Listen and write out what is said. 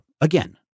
again